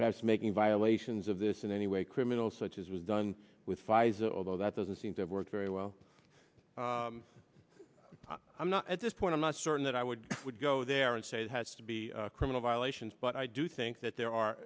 perhaps making violations of this in any way criminal such as was done with pfizer although that doesn't seem to work very well i'm not at this point i'm not certain that i would would go there and say it has to be criminal violations but i do think that there are